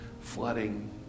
flooding